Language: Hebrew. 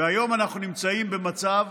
היום אנחנו נמצאים במצב